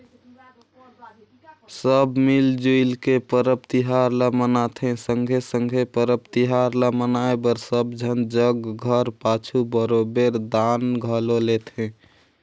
सब मिल जुइल के परब तिहार ल मनाथें संघे संघे परब तिहार ल मनाए बर सब झन जग घर पाछू बरोबेर दान घलो लेथें